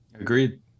Agreed